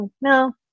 No